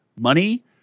money